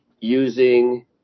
using